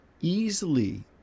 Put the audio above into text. easily